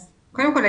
בוקר טוב לכולם.